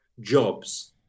jobs